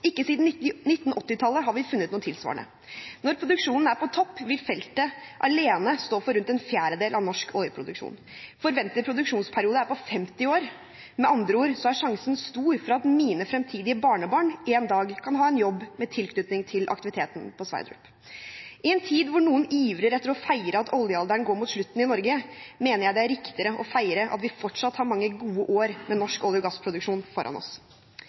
Ikke siden 1980-tallet har vi funnet noe tilsvarende. Når produksjonen er på topp, vil feltet alene stå for rundt en fjerdedel av norsk oljeproduksjon. Forventet produksjonsperiode er på 50 år – med andre ord er sjansen stor for at mine fremtidige barnebarn en dag kan ha en jobb med tilknytning til aktiviteten på Sverdrup. I en tid hvor noen ivrer etter å feire at oljealderen går mot slutten i Norge, mener jeg det er riktigere å feire at vi fortsatt har mange gode år med norsk olje- og gassproduksjon foran oss.